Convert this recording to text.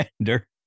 vendor